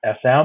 SM